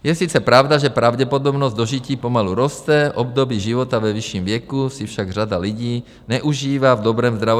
Je sice pravda, že pravděpodobnost dožití pomalu roste, období života ve vyšším věku si však řada lidí neužívá v dobrém zdravotním stavu.